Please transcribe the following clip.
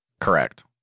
correct